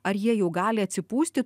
ar jie jau gali atsipūsti